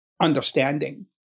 understanding